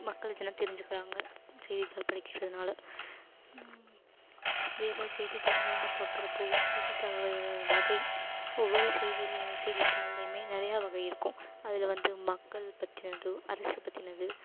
மக்களுக்கு என்ன தெரிஞ்சிக்கிறாங்க செய்தித்தாள் படிக்கிறதுனால வேற செய்தித்தாள்கள்னு பார்க்குறப்போ செய்தித்தாள்களோட வகை ஒவ்வொரு செய்திலையும் செய்தித்தாள்லயுமே நிறைய வகை இருக்கும் அதில் வந்து மக்கள் பத்தினது அரசு பத்தினது